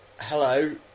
hello